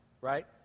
right